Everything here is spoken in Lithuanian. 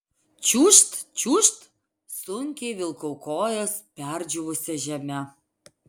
čiūžt čiūžt sunkiai vilkau kojas perdžiūvusia žeme